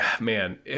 man